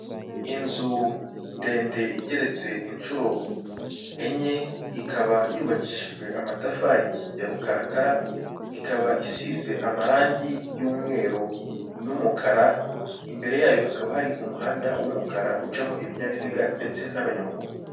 Inzu ndende igeretse inshuro enye, ikaba yubakishijwe amatafari ya rukarakara, ikaba isize amarangi y'umweru n'umukara. Imbere yayo, hakaba hari umuhanda w'umukara ucamo ibinyabiziga ndetse n'abanyamaguru.